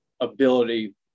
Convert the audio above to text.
ability